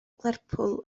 lerpwl